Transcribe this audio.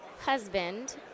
husband